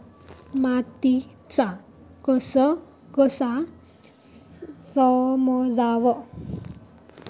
मातीचा कस कसा समजाव?